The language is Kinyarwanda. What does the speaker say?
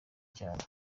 cyane